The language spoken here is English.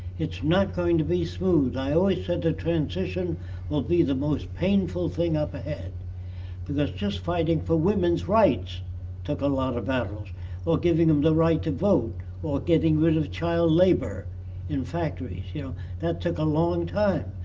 it's not going to be smooth. i always said the transition will be the the most painful thing up ahead because just fighting for women's rights took a lot of battles or giving them the right to vote or getting rid of child labor in factories. you know that took a long time.